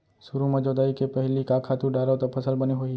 सुरु म जोताई के पहिली का खातू डारव त फसल बने होही?